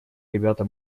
ребята